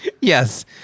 Yes